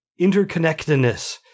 interconnectedness